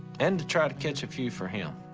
and to try to catch a few for him.